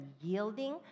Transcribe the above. yielding